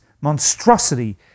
monstrosity